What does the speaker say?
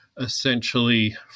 essentially